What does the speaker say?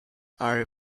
are